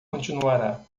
continuará